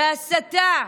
בהסתה,